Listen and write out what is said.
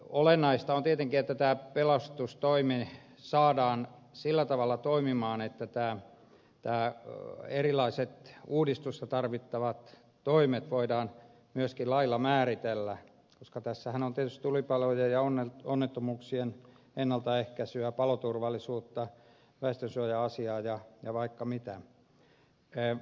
olennaista on tietenkin että tämä pelastustoimi saadaan sillä tavalla toimimaan että erilaiset uudistuksessa tarvittavat toimet voidaan myöskin lailla määritellä koska tässähän on tietysti tulipalojen ja onnettomuuksien ennaltaehkäisyä paloturvallisuutta väestönsuoja asiaa ja vaikka mitä